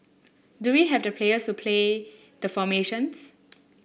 do we have the players to play the formations